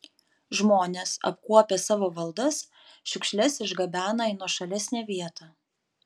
žmonės apkuopę savo valdas šiukšles išgabena į nuošalesnę vietą